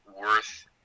worth